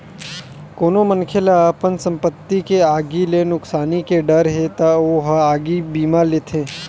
कोनो मनखे ल अपन संपत्ति के आगी ले नुकसानी के डर हे त ओ ह आगी बीमा लेथे